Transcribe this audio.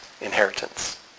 inheritance